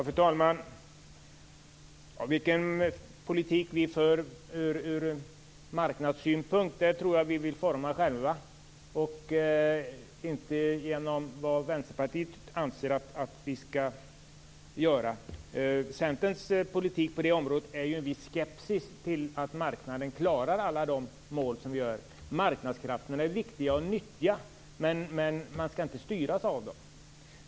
Fru talman! Vilken politik vi från marknadssynpunkt för är nog något som vi själva vill forma. Det bestäms alltså inte av vad Vänsterpartiet anser att vi skall göra. Centerns politik på det området präglas av en viss skepsis till att marknaden klarar alla de mål som vi sätter upp. Marknadskrafterna är viktiga och nyttiga men man skall inte styras av dem.